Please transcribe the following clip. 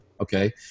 Okay